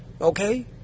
Okay